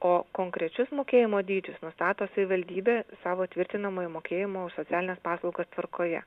o konkrečius mokėjimo dydžius nustato savivaldybė savo tvirtinamoje mokėjimo už socialines paslaugas tvarkoje